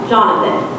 Jonathan